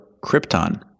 Krypton